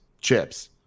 chips